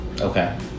Okay